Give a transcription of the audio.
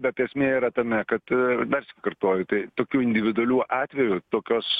bet esmė yra tame kad dar sykį kartoju tai tokių individualių atvejų tokios